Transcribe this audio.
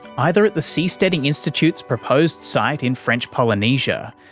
either at the seasteading institute's proposed site in french polynesia,